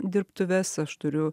dirbtuves aš turiu